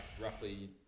roughly